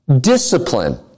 Discipline